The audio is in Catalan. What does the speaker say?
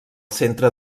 centre